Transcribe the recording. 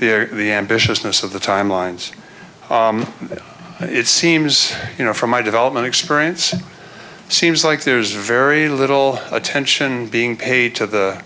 they're the ambitiousness of the timelines it seems you know from my development experience seems like there's very little attention being paid to the